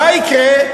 מה יקרה?